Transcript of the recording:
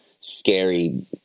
scary